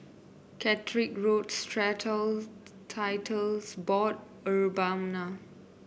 Caterick Road Strata Titles Board Urbana